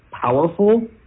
powerful